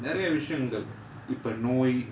நிறையா விஷயங்கள் இப்ப நோய்:niraiyaa vishayangal ippa noi